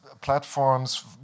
platforms